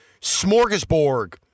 smorgasbord